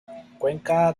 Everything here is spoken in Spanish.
cuenca